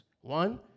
One